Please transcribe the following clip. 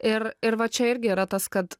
ir ir va čia irgi yra tas kad